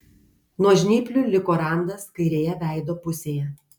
nuo žnyplių liko randas kairėje veido pusėje